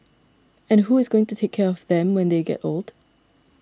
and who is going to take care of them when they get old